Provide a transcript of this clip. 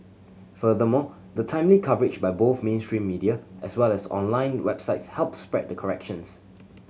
furthermore the timely coverage by both mainstream media as well as online websites help spread the corrections